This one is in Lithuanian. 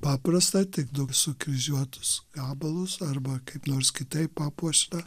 paprastą tik du sukryžiuotus gabalus arba kaip nors kitaip papuoštą